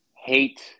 hate